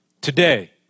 Today